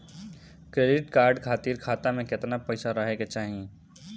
Credit card खातिर खाता में केतना पइसा रहे के चाही?